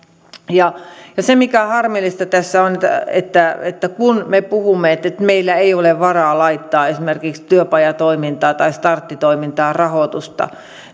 se mikä on harmillista tässä on se että kun me puhumme että että meillä ei ole varaa laittaa esimerkiksi työpajatoimintaan tai starttitoimintaan rahoitusta